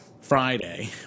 Friday